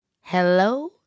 Hello